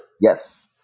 Yes